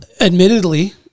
admittedly